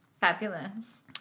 Fabulous